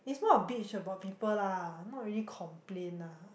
it's more of bitch about people lah not really complain ah